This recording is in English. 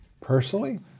Personally